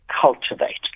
cultivate